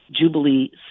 Jubilee